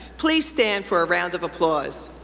please stand for a round of applause.